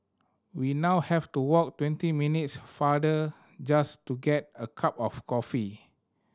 we now have to walk twenty minutes farther just to get a cup of coffee